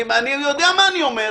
אני יודע מה אני אומר.